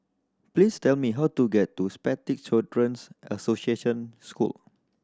please tell me how to get to Spastic Children's Association School